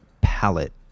palette